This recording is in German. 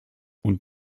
und